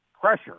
pressure